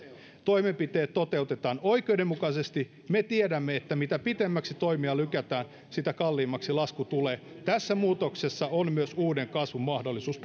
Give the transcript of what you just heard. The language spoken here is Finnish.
toimenpiteet toteutetaan oikeudenmukaisesti me tiedämme että mitä pitemmäksi toimia lykätään sitä kalliimmaksi lasku tulee tässä muutoksessa on myös uuden kasvun mahdollisuus